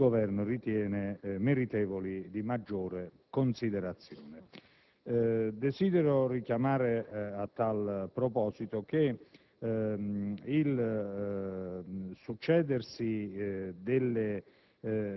il Governo ritiene meritevoli di maggiore considerazione. Intendo richiamare a tal proposito che il succedersi